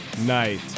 night